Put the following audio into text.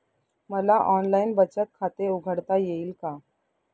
मला ऑनलाइन बचत खाते उघडता येईल का?